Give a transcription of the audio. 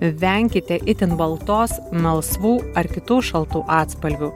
venkite itin baltos melsvų ar kitų šaltų atspalvių